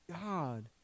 God